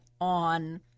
on